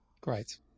Great